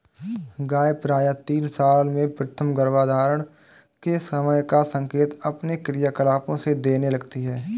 गाय प्रायः तीन साल में प्रथम गर्भधारण के समय का संकेत अपने क्रियाकलापों से देने लगती हैं